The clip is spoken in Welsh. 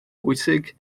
bwysig